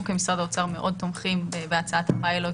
אנחנו כמשרד האוצר מאוד תומכים בהצעת הפילוט